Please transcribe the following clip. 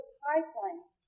pipelines